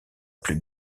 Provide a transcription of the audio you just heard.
plus